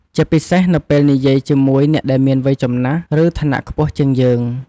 ជាពិសេសនៅពេលនិយាយជាមួយអ្នកដែលមានវ័យចំណាស់ ឬឋានៈខ្ពស់ជាងយើង។